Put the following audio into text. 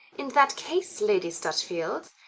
in that case, lady stutfield,